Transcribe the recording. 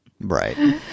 Right